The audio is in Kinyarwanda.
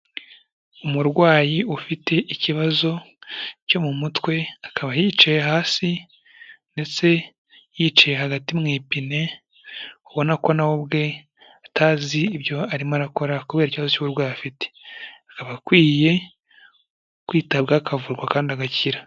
Umurwayi ufite ikibazo cyo mu mutwe, akaba yicaye hasi ndetse yicaye hagati mu ipine, ubona ko nawe ubwe atazi ibyo arimo arakora kubera ikibazo cy'uburwayi afite, aba akwiye kwitabwaho akavurwa kandi agakira.